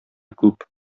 күп